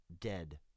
dead